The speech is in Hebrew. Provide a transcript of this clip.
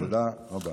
תודה רבה.